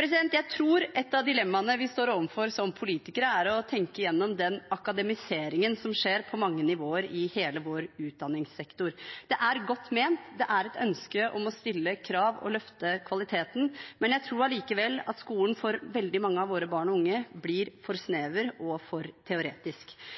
Jeg tror et av dilemmaene vi står overfor som politikere, handler om å tenke gjennom den akademiseringen som skjer på mange nivåer i hele vår utdanningssektor. Det er godt ment, det er et ønske om å stille krav og løfte kvaliteten. Jeg tror allikevel at skolen for veldig mange av våre barn og unge blir for snever og for teoretisk.